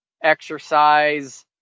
exercise